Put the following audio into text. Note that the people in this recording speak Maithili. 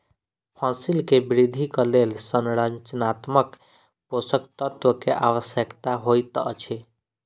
फसिल के वृद्धिक लेल संरचनात्मक पोषक तत्व के आवश्यकता होइत अछि